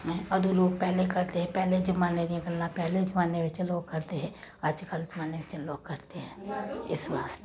ऐं अदूं लोक पैह्लें करदे हे पैहले जमाने दियां गल्लां पैहले जमाने बिच्च लोक करदे हे अजकल्ल जमान्ने च निं लोक करदे ऐं इस्स वास्ते जे